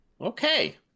Okay